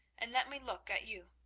and let me look at you.